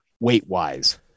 weight-wise